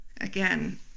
again